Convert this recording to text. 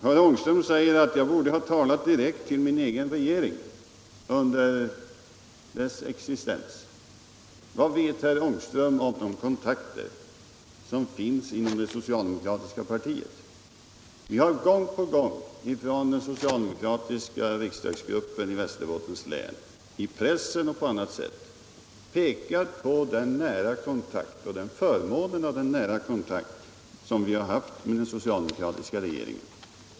Herr Ångström sade att jag borde ha talat direkt till min egen regering under dess existens. Men vad vet herr Ångström om kontakterna inom det socialdemokratiska partiet? Den socialdemokratiska riksdagsgruppen i Västerbottens län har gång på gång i pressen och på annat sätt pekat på förmånen av den nära kontakt som vi har haft med den socialdemokratiska regeringen.